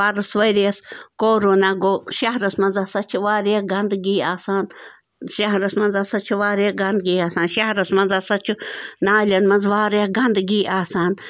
پَرُس ؤرۍیَس کورونا گوٚو شَہرَس منٛز ہَسا چھِ واریاہ گندگی آسان شَہرَس منٛز ہَسا چھِ واریاہ گندگی آسان شَہرَس مَنٛز ہَسا چھُ نالٮ۪ن منٛز واریاہ گندگی آسان